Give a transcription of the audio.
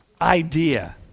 idea